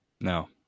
No